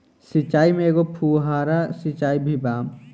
सिचाई में एगो फुव्हारा सिचाई भी बा